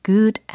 Good